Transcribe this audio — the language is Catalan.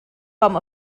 com